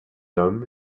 homme